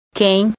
quem